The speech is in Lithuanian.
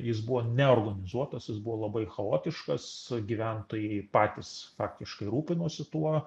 jis buvo neorganizuotas jis buvo labai chaotiškas gyventojai patys faktiškai rūpinosi tuo